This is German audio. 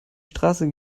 straße